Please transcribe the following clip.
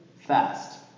fast